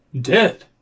Dead